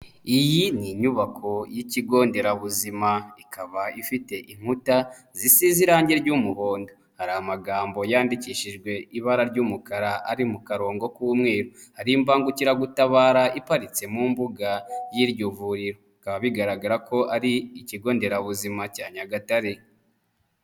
Iyi ni inyubako y'ikigo nderabuzima ikaba ifite inkuta zisize irangi ry'umuhondo, hari amagambo yandikishijwe ibara ry'umukara ari mu karongo k'umweru, hari imbangukiragutabara iparitse mu mbuga y'iryo vuriro, bikaba bigaragara ko ari ikigo nderabuzima cya Nyagatare.